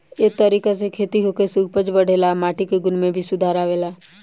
ए तरीका से खेती होखे से उपज बढ़ेला आ माटी के गुण में भी सुधार आवेला